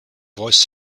voice